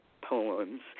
poems